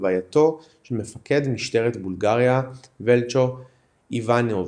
הלווייתו של מפקד משטרת בולגריה ולצ'ו איוואנוב